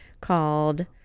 called